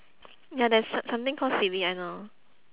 ya there's so~ something called silly I know